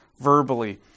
verbally